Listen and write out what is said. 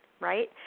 right